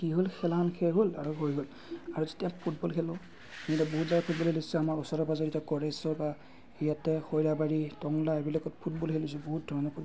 কি হ'ল খেলাখন শেষ হ'ল আৰু হৈ গ'ল আৰু যেতিয়া ফুটবল খেলোঁ বহুত জাগাত ফুটবল খেল হৈছে আমাৰ ওচৰে পাজৰে এতিয়া গোৰেশ্বৰ বা ইয়াতে খৈৰাবাৰী টংলা এইবিলাকত ফুটবল খেলিছোঁ বহুত ধৰণৰ ফুটবল